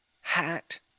hat